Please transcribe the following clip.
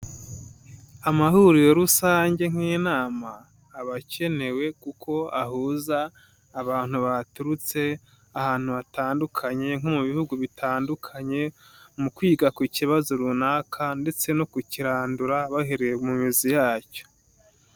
Amahuriro rusange nk'inama abakenewe kuko ahuza abantu baturutse ahantu hatandukanye nko mu bihugu bitandukanye, mu kwiga ku kibazo runaka ndetse no kukirandura bahereye mu mizi yacyo.